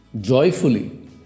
joyfully